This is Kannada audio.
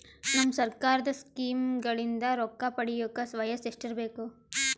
ನಮ್ಮ ಸರ್ಕಾರದ ಸ್ಕೀಮ್ಗಳಿಂದ ರೊಕ್ಕ ಪಡಿಯಕ ವಯಸ್ಸು ಎಷ್ಟಿರಬೇಕು?